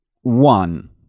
one